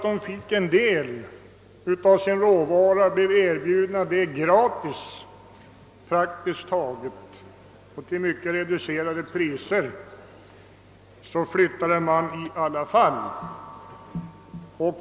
De flyttade trots att de blev erbjudna att få en del av sin råvara till mycket reducerade priser.